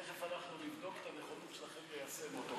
תכף אנחנו נבדוק את הנכונות שלכם ליישם אותו.